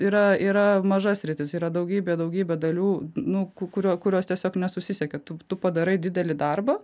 yra yra maža sritis yra daugybė daugybė dalių nu kurio kurios tiesiog nesusisiekia tu tu padarai didelį darbą